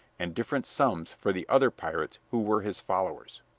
and different sums for the other pirates who were his followers.